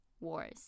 wars